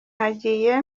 hagiye